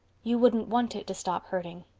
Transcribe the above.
you wouldn't want it to stop hurting.